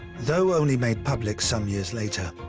though only made public some years later,